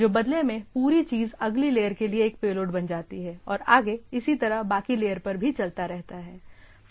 जो बदले में पूरी चीज अगली लेयर के लिए एक पेलोड बन जाती है और आगे इसी तरह बाकी लेयर पर भी चलता रहता है